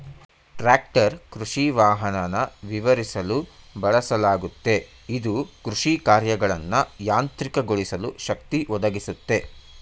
tractor ಕೃಷಿವಾಹನನ ವಿವರಿಸಲು ಬಳಸಲಾಗುತ್ತೆ ಇದು ಕೃಷಿಕಾರ್ಯಗಳನ್ನ ಯಾಂತ್ರಿಕಗೊಳಿಸಲು ಶಕ್ತಿ ಒದಗಿಸುತ್ತೆ